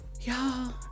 y'all